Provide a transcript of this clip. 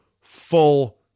full